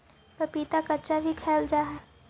पपीता कच्चा भी खाईल जा हाई हई